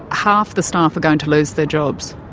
half the staff are going to lose their jobs?